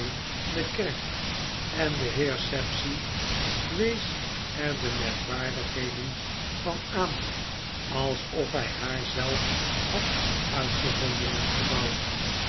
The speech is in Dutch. de kerk en de heer sapsea wees er demerkwaardigheden van aan alsof hij haarzelf haduitgevonden en gebouwd